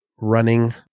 running